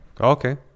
Okay